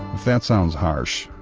that sounds harsh,